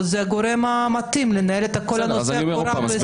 הוא הגורם המתאים לנהל את כל נושא הקבורה בישראל.